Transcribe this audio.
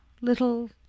little